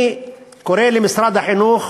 אני קורא למשרד החינוך